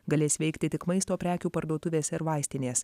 galės veikti tik maisto prekių parduotuvės ir vaistinės